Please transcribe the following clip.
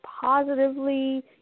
positively